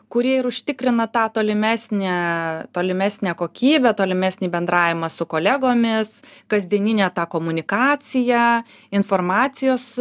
kuri ir užtikrina tą tolimesnę tolimesnę kokybę tolimesnį bendravimą su kolegomis kasdieninę tą komunikaciją informacijos